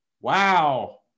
Wow